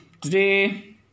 today